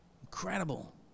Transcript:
incredible